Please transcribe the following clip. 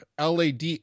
LAD